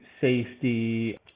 safety